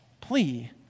plea